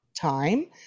time